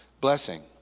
blessing